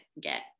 get